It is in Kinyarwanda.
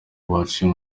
baciye